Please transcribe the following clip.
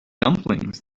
dumplings